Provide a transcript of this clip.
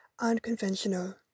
unconventional